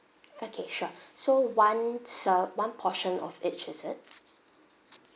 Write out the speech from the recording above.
okay sure so one ser~ one portion of each is it